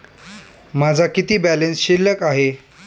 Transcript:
माझा किती बॅलन्स शिल्लक आहे?